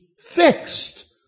fixed